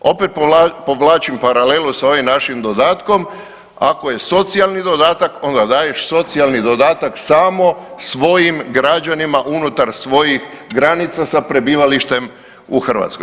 Opet povlačim paralelu s ovim našim dodatkom, ako je socijalni dodatak onda daješ socijalni dodatak samo svojim građanima unutar svojih granica sa prebivalištem u Hrvatskoj.